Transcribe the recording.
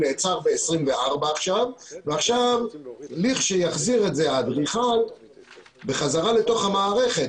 הוא נעצר ביום ה-24 ועכשיו לכשיחזיר את זה האדריכל בחזרה לתוך המערכת,